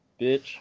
bitch